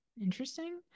interesting